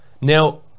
Now